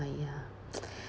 !aiya!